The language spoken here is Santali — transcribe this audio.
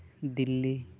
ᱫᱤᱞᱞᱤ